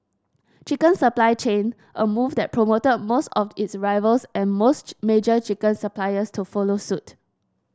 chicken supply chain a move that prompted most of its rivals and most major chicken suppliers to follow suit